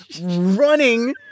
running